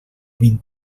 vint